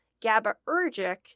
GABAergic